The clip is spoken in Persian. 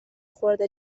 خرد